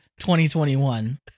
2021